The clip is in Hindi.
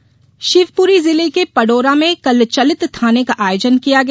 चलित थाना शिवपुरी जिले के पडोरा में कल चलित थाने का आयोजन किया गया